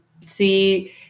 see